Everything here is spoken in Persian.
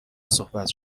صحبت